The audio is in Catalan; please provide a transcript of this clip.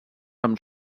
amb